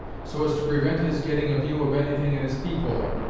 so as to prevent his getting a view of anything at his peephole,